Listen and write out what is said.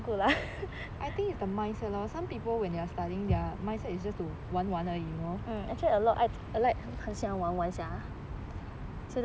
I think it's the mindset lor some people when they are studying their mindset is just to 玩玩 you know